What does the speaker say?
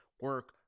Work